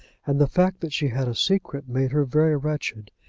and the fact that she had a secret made her very wretched.